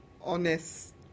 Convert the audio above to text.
honest